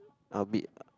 I'm a bit